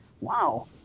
Wow